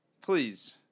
please